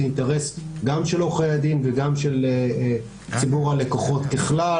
זה אינטרס גם של עורכי הדין וגם של ציבור הלקוחות ככלל,